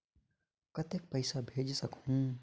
कतेक पइसा भेज सकहुं?